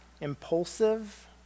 impulsive